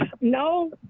No